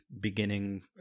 beginning